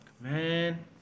man